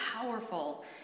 powerful